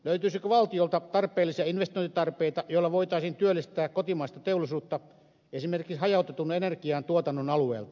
löytyisikö valtiolta tarpeellisia investointitarpeita joilla voitaisiin työllistää kotimaista teollisuutta esimerkiksi hajautetun energiantuotannon alueelta